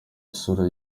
isura